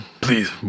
please